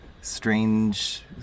strange